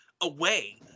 away